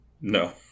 No